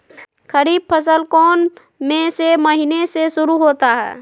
खरीफ फसल कौन में से महीने से शुरू होता है?